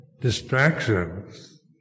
distractions